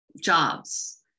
jobs